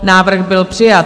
Návrh byl přijat.